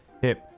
hip